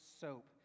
soap